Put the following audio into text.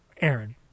Aaron